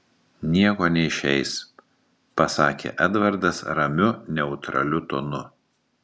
nieko neišeis pasakė edvardas ramiu neutraliu tonu